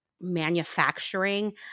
manufacturing